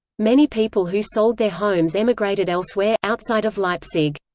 many people who sold their homes emigrated elsewhere, outside of leipzig.